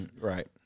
right